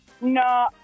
No